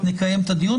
נקיים את הדיון.